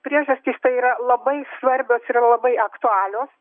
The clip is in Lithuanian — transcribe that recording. priežastys tai yra labai svarbios ir labai aktualios